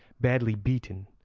badly beaten,